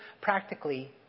practically